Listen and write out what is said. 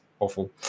Awful